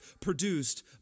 produced